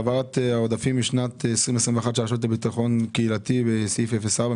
העברת העודפים משנת 2021 של הרשות לביטחון קהילתי מסעיף 04,